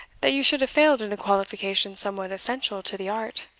that you should have failed in a qualification somewhat essential to the art.